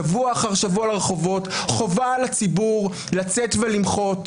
שבוע אחר שבוע לרחובות חובה על הציבור לצאת ולמחות,